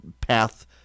path